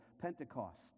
Pentecost